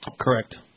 Correct